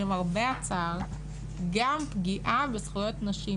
היא למרבה הצער גם פגיעה בזכויות נשים.